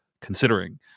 considering